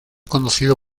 conocido